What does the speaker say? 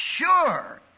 sure